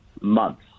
months